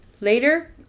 Later